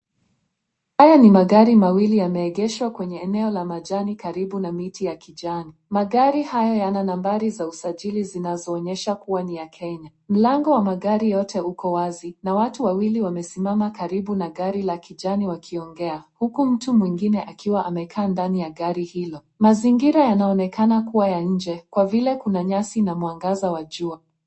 Haya ni magari mawili yameegeshwa kwenye eneo la majani karibu na miti ya kijani. Magari haya yana nambari za usajili zinazoonyesha kuwa ni ya Kenya. Mlango wa magari yote uko wazi na watu wawili wamesimama karibu na gari la kijani wakiongea huku mtu mwingine akiwa amekaa ndani ya gari hilo. Mazingira yanaonekana kuwa ya nje kwa vile kuna nyasi na mwangaza wa jua.